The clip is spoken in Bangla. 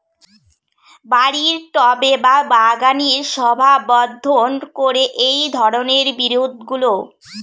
বাড়ির টবে বা বাগানের শোভাবর্ধন করে এই ধরণের বিরুৎগুলো